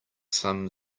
some